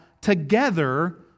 together